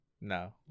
no